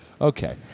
Okay